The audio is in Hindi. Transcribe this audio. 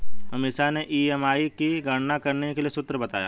अमीषा ने ई.एम.आई की गणना करने के लिए सूत्र बताए